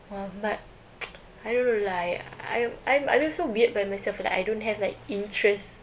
!wah! but I don't know lah I I'm I look so weird by myself like I don't have like interest